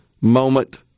moment